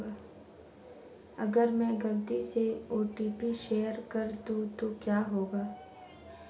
अगर मैं गलती से ओ.टी.पी शेयर कर दूं तो क्या होगा?